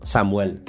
Samuel